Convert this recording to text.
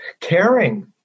caring